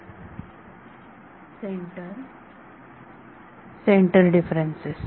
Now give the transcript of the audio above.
विद्यार्थी centre centre differences